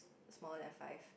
smaller than five